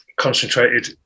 concentrated